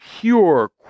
pure